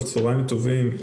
צוהריים טובים,